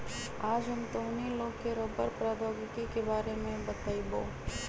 आज हम तोहनी लोग के रबड़ प्रौद्योगिकी के बारे में बतईबो